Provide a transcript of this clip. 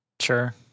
Sure